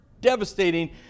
devastating